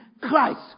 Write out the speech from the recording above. Christ